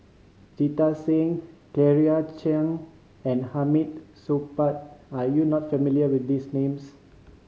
Jita Singh Claire Chiang and Hamid Supaat are you not familiar with these names